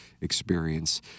Experience